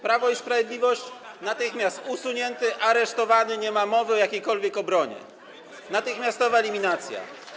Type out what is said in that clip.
Prawo i Sprawiedliwość - natychmiast usunięty, aresztowany, nie ma mowy o jakiejkolwiek obronie, natychmiastowa eliminacja.